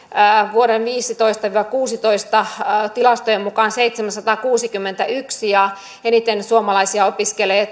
vuoden viisitoista viiva kuusitoista tilastojen mukaan seitsemänsataakuusikymmentäyksi ja maat missä eniten suomalaisia opiskelee